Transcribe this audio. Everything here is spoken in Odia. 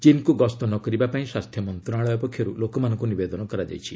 ଚୀନ୍କୁ ଗସ୍ତ ନ କରିବାପାଇଁ ସ୍ୱାସ୍ଥ୍ୟ ମନ୍ତ୍ରଣାଳୟ ପକ୍ଷରୁ ଲୋକମାନଙ୍କୁ ନିବେଦନ କରାଯାଇଛି